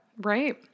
Right